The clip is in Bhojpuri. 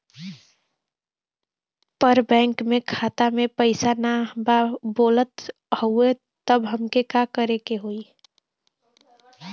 पर बैंक मे खाता मे पयीसा ना बा बोलत हउँव तब हमके का करे के होहीं?